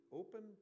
open